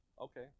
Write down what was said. Okay